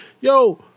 Yo